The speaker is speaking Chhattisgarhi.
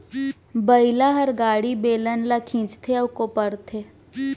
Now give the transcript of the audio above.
बइला हर गाड़ी, बेलन ल खींचथे अउ कोपरथे